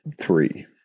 Three